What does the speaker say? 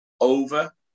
over